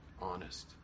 honest